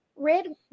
Red